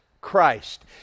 Christ